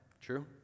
True